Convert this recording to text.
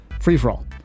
free-for-all